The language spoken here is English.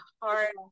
hard